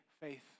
faith